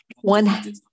one